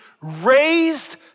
raised